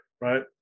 right